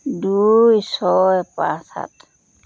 দুই ছয় পাঁচ সাত